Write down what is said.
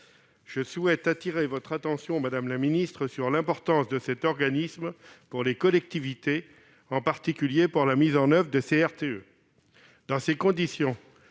J'appelle votre attention, madame la ministre, sur l'importance de cet organisme pour les collectivités, en particulier pour la mise en oeuvre des CRTE.